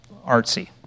artsy